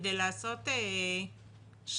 כדי לעשות שיימינג